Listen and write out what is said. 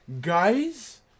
guys